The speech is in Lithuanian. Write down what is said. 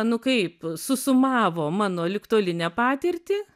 nu kaip susumavo mano ligtolinę patirtį